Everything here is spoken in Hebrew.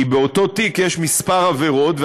כי באותו תיק יש כמה עבירות,